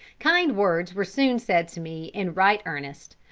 kind words were soon said to me in right earnest,